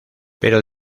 pero